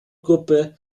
gruppe